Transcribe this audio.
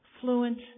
fluent